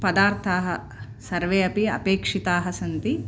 पदार्थाः सर्वे अपि अपेक्षिताः सन्ति